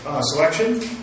selection